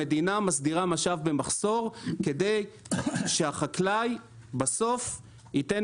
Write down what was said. המדינה מסדירה משאב במחסור כדי שהחקלאי בסוף ייתן